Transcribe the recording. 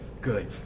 Good